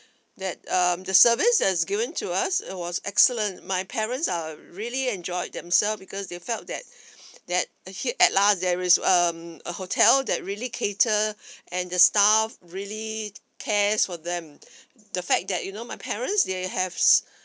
that um the service that's given to us it was excellent my parents are really enjoyed themselves because they felt that that here at last there is um a hotel that really cater and the staff really cares for them the fact that you know my parents they have